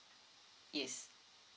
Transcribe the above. yes